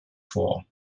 vor